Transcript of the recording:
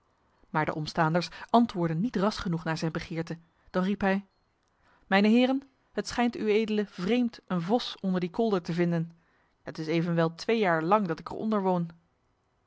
maar de omstaanders antwoordden niet ras genoeg naar zijn begeerte dan riep hij mijne heren het schijnt uedele vreemd een vos onder die kolder te vinden het is evenwel twee jaar lang dat ik er onder woon